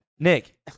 Nick